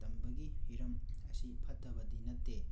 ꯇꯝꯕꯒꯤ ꯍꯤꯔꯝ ꯑꯁꯤ ꯐꯠꯇꯕꯗꯤ ꯅꯠꯇꯦ